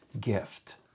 gift